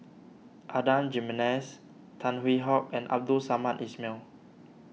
Adan Jimenez Tan Hwee Hock and Abdul Samad Ismail